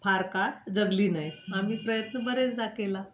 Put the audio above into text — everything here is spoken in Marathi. फार काळ जगली नाहीत आम्ही प्रयत्न बरेचदा केला